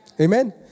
Amen